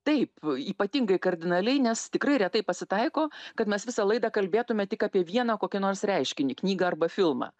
taip ypatingai kardinaliai nes tikrai retai pasitaiko kad mes visą laidą kalbėtume tik apie vieną kokį nors reiškinį knygą arba filmą